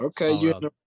Okay